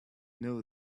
know